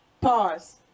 pause